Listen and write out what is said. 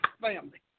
family